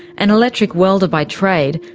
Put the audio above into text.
an electric welder by trade,